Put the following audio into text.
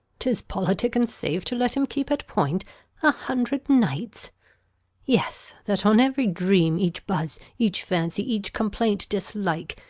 tis politic and safe to let him keep at point a hundred knights yes, that on every dream, each buzz, each fancy, each complaint, dislike,